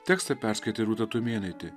tekstą perskaitė rūta tumėnaitė